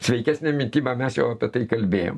sveikesnė mityba mes jau apie tai kalbėjom